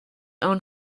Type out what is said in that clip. own